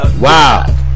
Wow